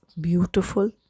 beautiful